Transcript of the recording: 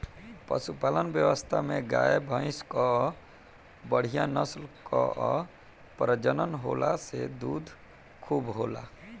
पशुपालन व्यवस्था में गाय, भइंस कअ बढ़िया नस्ल कअ प्रजनन होला से दूध खूबे होला